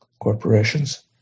corporations